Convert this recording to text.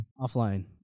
Offline